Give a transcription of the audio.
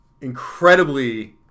incredibly